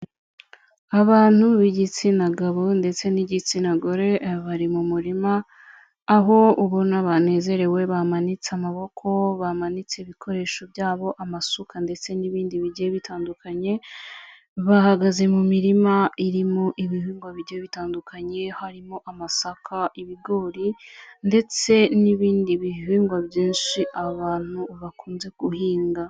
Abantu b'igitsina gabo ndetse n'igitsina gore bari mu murima, aho ubona banezerewe, bamanitse amaboko, bamanitse ibikoresho byabo, amasuka ndetse n'ibindi bigiye bitandukanye, bahagaze mu mirima irimo ibihingwa bigiye bitandukanye harimo amasaka, ibigori ndetse n'ibindi bihingwa byinshi abantu bakunze guhinga.